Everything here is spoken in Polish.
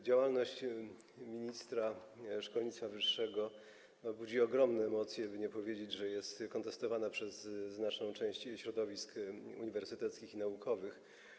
Działalność ministra szkolnictwa wyższego budzi ogromne emocje, by nie powiedzieć, że jest kontestowana przez znaczną część środowisk uniwersyteckich i naukowych.